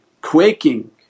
quaking